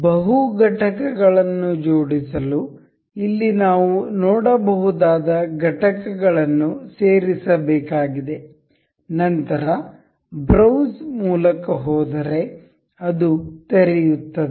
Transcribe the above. ಬಹು ಘಟಕಗಳನ್ನು ಜೋಡಿಸಲು ಇಲ್ಲಿ ನಾವು ನೋಡಬಹುದಾದ ಘಟಕಗಳನ್ನು ಸೇರಿಸಬೇಕಾಗಿದೆ ನಂತರ ಬ್ರೌಸ್ ಮೂಲಕ ಹೋದರೆ ಅದು ತೆರೆಯುತ್ತದೆ